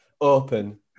open